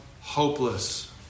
hopeless